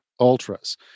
ultras